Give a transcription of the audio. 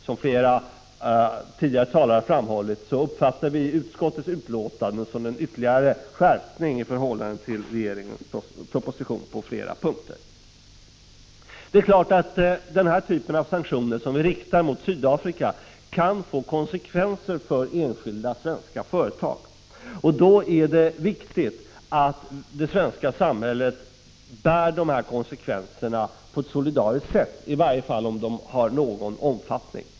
Som flera tidigare talare har framhållit, uppfattar 39 vi utskottsbetänkandet som en ytterligare skärpning på flera punkter i förhållande till regeringens proposition. Det är klart att den här typen av sanktioner som är riktade mot Sydafrika kan få konsekvenser för enskilda svenska företag. Då är det viktigt att det svenska samhället bär de konsekvenserna på ett solidariskt sätt, i varje fall om de har någon omfattning.